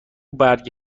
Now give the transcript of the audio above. برگ